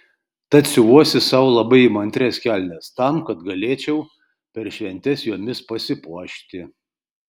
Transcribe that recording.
tad siuvuosi sau labai įmantrias kelnes tam kad galėčiau per šventes jomis pasipuošti